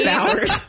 hours